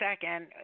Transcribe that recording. second